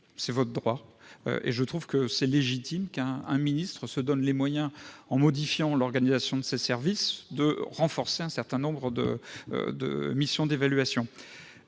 c'est votre droit. Je trouve même légitime qu'un ministre se donne les moyens, en modifiant l'organisation de ses services, de renforcer certaines missions d'évaluation.